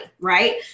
right